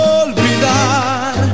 olvidar